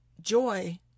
joy